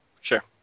sure